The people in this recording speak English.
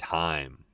time